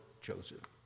Joseph